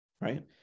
right